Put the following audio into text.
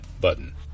button